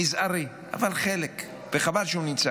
מזערי, אבל חלק, וחבל שהוא נמצא